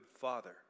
Father